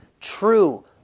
true